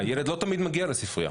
והילד לא תמיד מגיע לספרייה.